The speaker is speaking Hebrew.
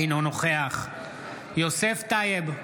אינו נוכח יוסף טייב,